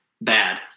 bad